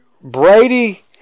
Brady